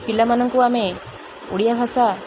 ପିଲାମାନଙ୍କୁ ଆମେ ଓଡ଼ିଆ ଭାଷା